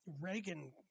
Reagan